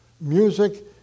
Music